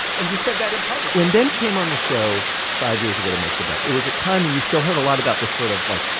and you said that in public? when ben came on the show five years ago to make the bet, it was a time when you still heard a lot about the sort of, like,